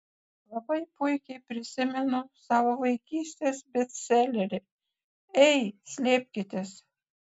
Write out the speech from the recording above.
labai puikiai prisimenu savo vaikystės bestselerį ei slėpkitės